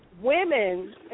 women